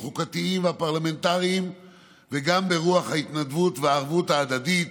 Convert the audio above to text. החוקתיים והפרלמנטרים וגם ברוח ההתנדבות והערבות ההדדית,